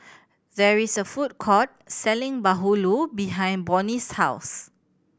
there is a food court selling bahulu behind Bonny's house